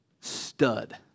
stud